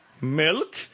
milk